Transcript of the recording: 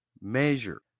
measure